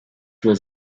was